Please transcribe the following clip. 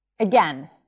Again